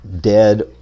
dead